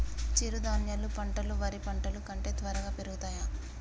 చిరుధాన్యాలు పంటలు వరి పంటలు కంటే త్వరగా పెరుగుతయా?